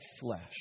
flesh